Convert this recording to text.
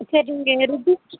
சரி நீங்கள் ரிஜிஸ்டரே